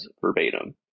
verbatim